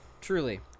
Truly